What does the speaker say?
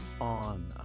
on